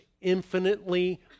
infinitely